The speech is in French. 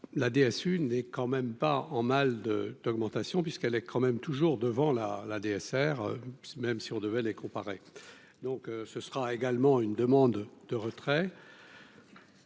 la DSU n'est quand même pas en mal de d'augmentation puisqu'elle est quand même toujours devant la la DSR même si on devait les comparer, donc ce sera également une demande de retrait.